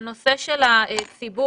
הנושא של הציבור.